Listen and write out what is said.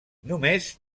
només